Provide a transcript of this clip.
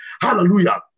Hallelujah